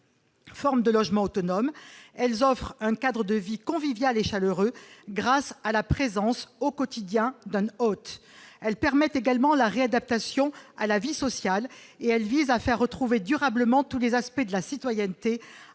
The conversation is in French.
forme de logement autonome, elles offrent un cadre de vie, convivial et chaleureux, grâce à la présence au quotidien donne autre elle permet également la réadaptation à la vie sociale et elle vise à faire retrouver durablement tous les aspects de la citoyenneté à des